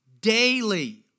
daily